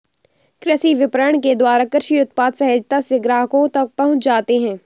कृषि विपणन के द्वारा कृषि उत्पाद सहजता से ग्राहकों तक पहुंच जाते हैं